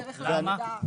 למה?